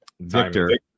victor